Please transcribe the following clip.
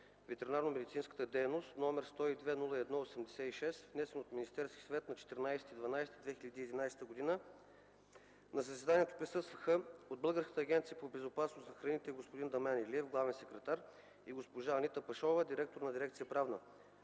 ветеринарномедицинската дейност, № 102-01-86, внесен от Министерския съвет на 14 декември 2011 г. На заседанието присъстваха: от Българската агенция по безопасност на храните – господин Дамян Илиев, главен секретар и госпожа Анита Пашова, директор на дирекция „Правна”;